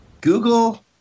Google